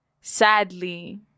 sadly